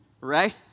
right